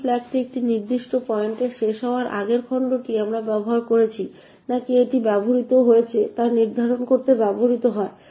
P ফ্ল্যাগটি এই নির্দিষ্ট পয়েন্টে শেষ হওয়ার আগের খণ্ডটি আমরা ব্যবহার করেছি নাকি এটি ব্যবহৃত হয়েছে তা নির্ধারণ করতে ব্যবহৃত হয়